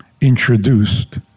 introduced